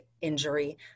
injury